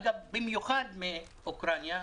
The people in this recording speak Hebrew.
אגב, במיוחד מאוקראינה,